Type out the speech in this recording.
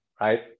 right